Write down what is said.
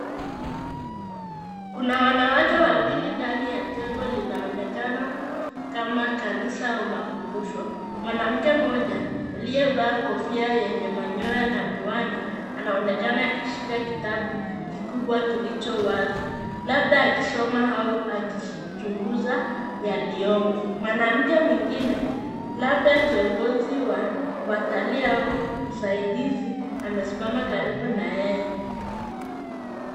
Kuna wanawake wawili ndani ya jengo linaloonekana kama kanisa au makumbusho . Mwanamke mmoja aliyevaa kofia lenye manyoya na miwani, anaonekana akishika kitabu kikubwa kilicho wazi labda akisoma au akichunguza yaliyomo. Mwanamke mwingine labda kiongozi wa watalii au msaidizi amesimama karibu na yeye.